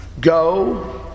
Go